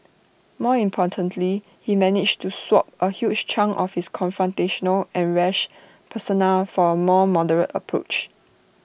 more importantly he managed to swap A huge chunk of his confrontational and rash persona for A more moderate approach